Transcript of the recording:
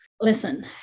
listen